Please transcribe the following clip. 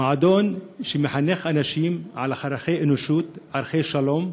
מועדון שמחנך אנשים לערכי אנושות, ערכי שלום,